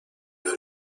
بریم